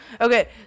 okay